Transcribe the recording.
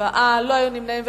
ולא היו נמנעים.